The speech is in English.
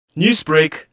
Newsbreak